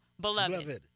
Beloved